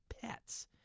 pets